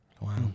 Wow